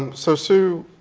um so sue,